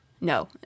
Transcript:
no